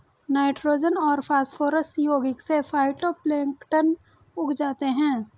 nitrogen और phosphorus यौगिक से फाइटोप्लैंक्टन उग जाते है